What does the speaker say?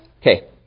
Okay